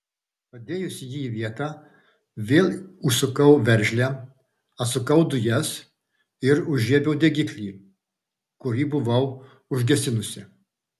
padėjusi jį į vietą vėl užsukau veržlę atsukau dujas ir užžiebiau degiklį kurį buvau užgesinusi